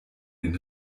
den